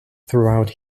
throughout